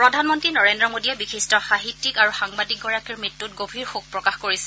প্ৰধানমন্ত্ৰী নৰেন্দ্ৰ মোদীয়ে বিশিষ্ট সাহিত্যিক আৰু সাংবাদিকগৰাকীৰ মৃত্যুত গভীৰ শোক প্ৰকাশ কৰিছে